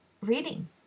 reading